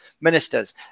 ministers